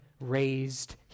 raised